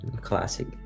Classic